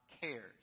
cares